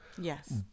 Yes